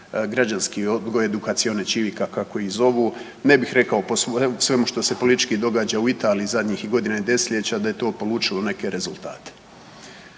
građanski odgoj edukacione … kako ih zovu, ne bih rekao po svemu što se politički događa u Italiji zadnjih godina i desetljeća da je to polučilo neke rezultate.